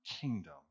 kingdom